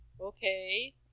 Okay